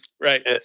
right